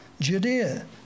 Judea